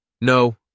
No